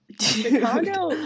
Chicago